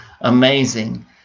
amazing